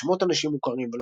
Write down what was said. אין שמות אנשים מוכרים,